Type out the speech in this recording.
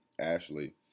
ashley